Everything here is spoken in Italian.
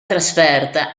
trasferta